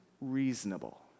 reasonable